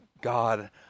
God